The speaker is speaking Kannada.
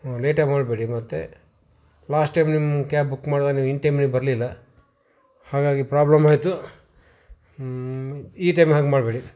ಲೇಟಾಗಿ ಮಾಡಬೇಡಿ ಮತ್ತೆ ಲಾಸ್ಟ್ ಟೈಮ್ ನಿಮ್ಮ ಕ್ಯಾಬ್ ಬುಕ್ ಮಾಡಿದಾಗ ನೀವು ಇನ್ ಟೈಮಿಗೆ ಬರಲಿಲ್ಲ ಹಾಗಾಗಿ ಪ್ರಾಬ್ಲಮ್ ಆಯಿತು ಈ ಟೈಮ್ ಹಾಗೆ ಮಾಡಬೇಡಿ